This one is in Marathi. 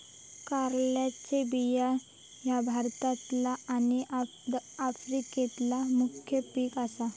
कारळ्याचे बियाणा ह्या भारतातला आणि आफ्रिकेतला मुख्य पिक आसा